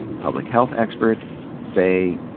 public health experts say,